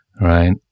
right